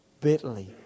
bitterly